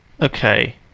Okay